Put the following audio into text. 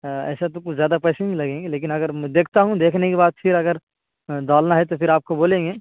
ایسا تو کوئی زیادہ پیسے نہیں لگیں گے لیکن اگر دیکھتا ہوں دیکھنے کے بعد پھر اگر ڈالنا ہے تو پھر آپ کو بولیں گے